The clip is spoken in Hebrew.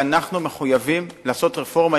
ואנחנו מחויבים לעשות רפורמה,